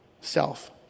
Self